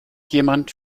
jemand